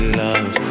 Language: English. love